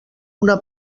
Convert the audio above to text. una